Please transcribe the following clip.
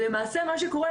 למעשה מה שקורה,